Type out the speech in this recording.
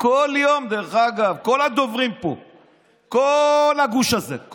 כל יום, דרך אגב, כל הדוברים פה, כל הגוש הזה.